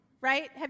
right